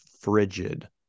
frigid